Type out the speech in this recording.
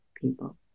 people